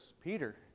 Peter